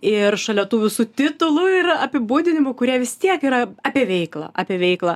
ir šalia tų visų titulų ir apibūdinimų kurie vis tiek yra apie veiklą apie veiklą